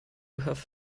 have